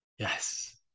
Yes